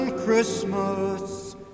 Christmas